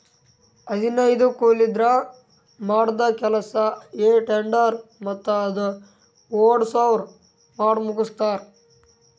ಹದನೈದು ಕೂಲಿದವ್ರ್ ಮಾಡದ್ದ್ ಕೆಲ್ಸಾ ಹೆ ಟೆಡ್ಡರ್ ಮತ್ತ್ ಅದು ಓಡ್ಸವ್ರು ಮಾಡಮುಗಸ್ತಾರ್